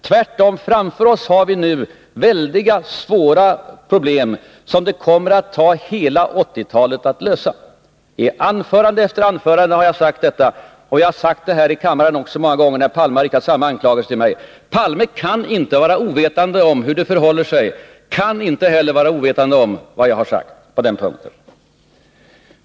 Tvärtom har vi nu framför oss väldiga, svåra problem, som det kommer att ta hela 1980-talet att lösa. I anförande efter anförande har jag sagt detta. Jag har också sagt det många gånger här i kammaren, när Olof Palme tidigare har riktat samma anklagelser mot mig. Olof Palme kan inte vara ovetande om hur det förhåller sig eller om vad jag har sagt på denna punkt.